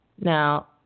Now